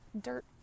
dirt